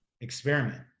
experiment